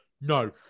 No